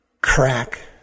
Crack